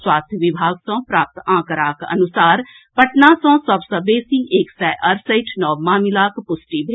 स्वास्थ्य विभाग सँ प्राप्त आंकड़ाक अनुसार पटना सँ सभ सँ बेसी एक सय अड़सठि नव मामिलाक पुष्टि भेल